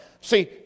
See